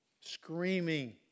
screaming